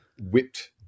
whipped